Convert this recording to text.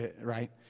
right